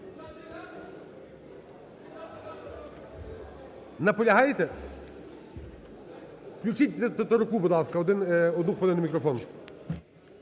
Наполягаєте? Включіть Тетеруку, будь ласка, одну хвилину, мікрофон.